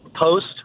post